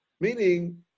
Meaning